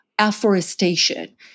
afforestation